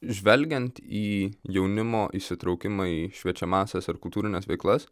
žvelgiant į jaunimo įsitraukimą į šviečiamąsias ar kultūrines veiklas